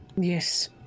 Yes